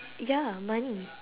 ya money